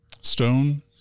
Stone